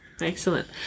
Excellent